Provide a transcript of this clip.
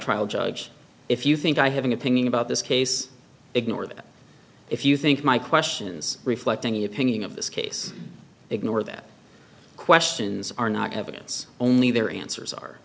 trial judge if you think i have an opinion about this case ignore that if you think my questions reflect any opinion of this case ignore that questions are not evidence only their answers are